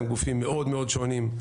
הם גופים מאוד מאוד שונים: